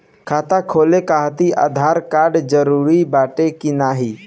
खाता खोले काहतिर आधार कार्ड जरूरी बाटे कि नाहीं?